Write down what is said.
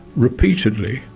repeatedly,